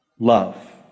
love